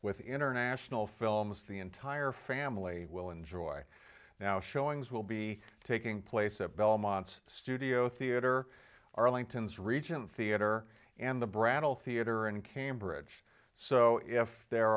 with international films the entire family will enjoy now showings will be taking place at belmont studio theatre arlington's region feodor and the brattle theater in cambridge so if there